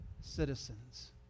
citizens